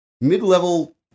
mid-level